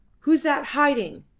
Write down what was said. who's that hiding?